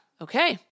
Okay